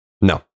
No